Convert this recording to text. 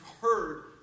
heard